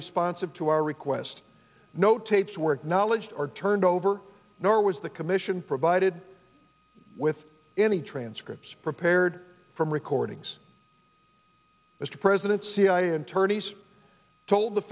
responsive to our request no tapes were acknowledged or turned over nor was the commission provided with any transcripts prepared from recordings mr president cia in turn east told the